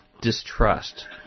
distrust